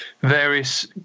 Various